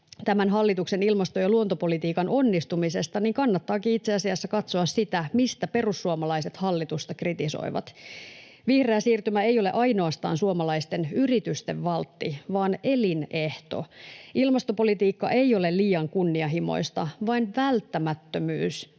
hallituksen ilmasto- ja luontopolitii-kan onnistumisesta, niin kannattaakin itse asiassa katsoa sitä, mistä perussuomalaiset hallitusta kritisoivat. Vihreä siirtymä ei ole ainoastaan suomalaisten yritysten valtti, vaan elin-ehto. Ilmastopolitiikka ei ole liian kunnianhimoista, vaan välttämättömyys